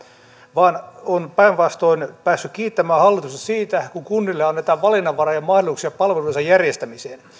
vaan olen päinvastoin päässyt kiittämään hallitusta siitä kun kunnille annetaan valinnanvara ja mahdollisuuksia palveluidensa järjestämiseen